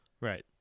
Right